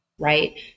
right